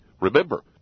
Remember